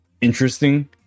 interesting